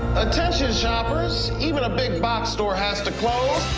attention, shoppers. even a big box store has to close.